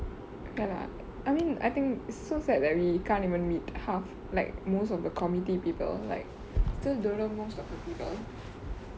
ya lah I mean I think so sad that we can't even meet half like most of the committee people like still don't know most of the people